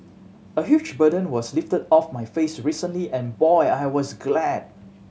a huge burden was lifted off my face recently and boy was I glad